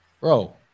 Bro